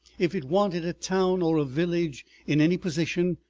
if it wanted a town or a village in any position,